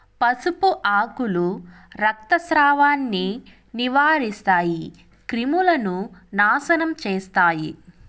పసుపు ఆకులు రక్తస్రావాన్ని నివారిస్తాయి, క్రిములను నాశనం చేస్తాయి